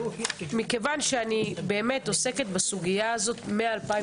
מכיוון שאני עוסקת באמת בסוגיה הזו מ-2015,